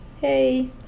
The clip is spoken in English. Hey